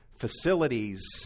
facilities